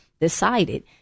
decided